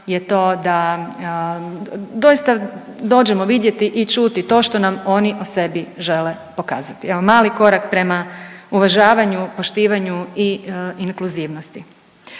da doista dođemo vidjeti i čuti to što nam oni o sebi žele pokazati. Evo mali korak prema uvažavanju, poštivanju i inkluzivnosti.